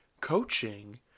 coaching